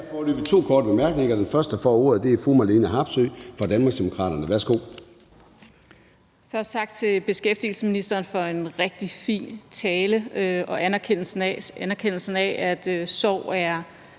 sige tak til beskæftigelsesministeren for en rigtig fin tale og anerkendelsen af, at sorg er